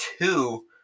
two